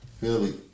Philly